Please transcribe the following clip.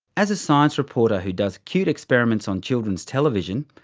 as a science reporter who does cute experiments on children's television,